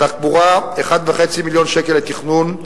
תחבורה, 1.5 מיליון שקל לתכנון.